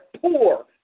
poor